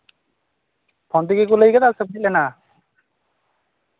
phone ᱛᱮᱜᱮ ᱠᱚ ᱞᱟᱹᱭ ᱠᱮᱫᱟ ᱥᱮ ᱦᱮᱡ ᱞᱮᱱᱟ